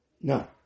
No